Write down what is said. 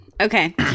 okay